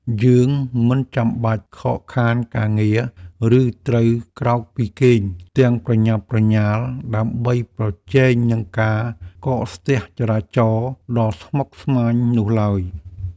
យើងមិនចាំបាច់ខកខានការងារ ឬត្រូវក្រោកពីគេងទាំងប្រញាប់ប្រញាល់ដើម្បីប្រជែងនឹងការកកស្ទះចរាចរណ៍ដ៏ស្មុគស្មាញនោះឡើយ។